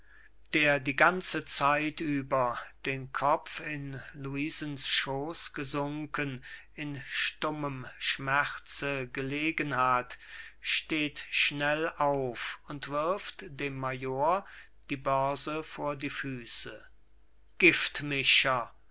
der die ganze zeit über den kopf in luisens schooß gesunken in stummem schmerz gelegen hat steht schnell auf und wirft dem major die börse vor die füße